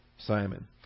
Simon